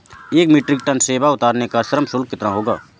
एक metric tonne सेव उतारने का श्रम शुल्क कितना होगा?